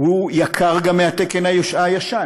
והוא גם יקר מהתקן הישן.